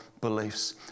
beliefs